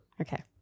Okay